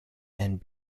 and